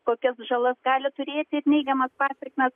kokias žalas gali turėti ir neigiamas pasekmes